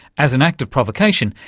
as an act of provocation,